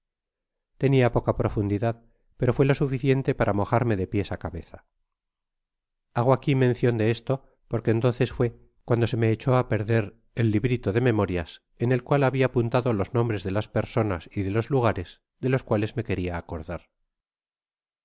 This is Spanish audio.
tenia peca profundidad pero fué la bufieteate para mojarme de ptes a cabeza hago qoi aenoiende esto porque entonces fué ouaoüo se me echó á perder el librito de memorias en el cual habia apuntado los nombres de las personas y de los lugares de los cuales me queria acordar